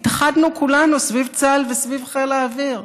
התאחדנו כולנו סביב צה"ל וסביב חיל האוויר,